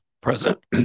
Present